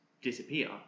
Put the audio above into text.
disappear